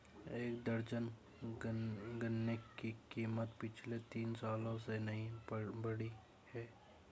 एक दर्जन गन्ने की कीमत पिछले तीन सालों से नही बढ़ी है